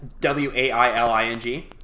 W-A-I-L-I-N-G